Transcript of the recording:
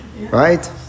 right